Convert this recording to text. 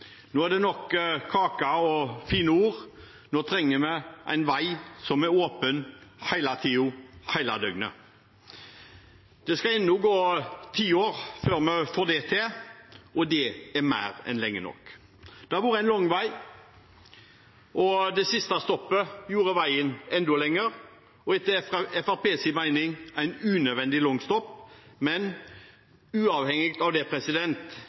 Nå er det nok kake og fine ord. Nå trenger vi en vei som er åpen hele tiden, hele døgnet. Det skal ennå gå ti år før vi får det til, og det er mer enn lenge nok. Det har vært en lang vei, og det siste stoppet gjorde veien enda lenger, og etter Fremskrittspartiets mening var det et unødvendig langt stopp. Uavhengig av det